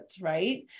right